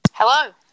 Hello